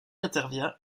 intervient